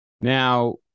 Now